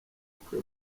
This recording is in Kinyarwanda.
cafe